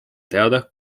teada